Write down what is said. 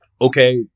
Okay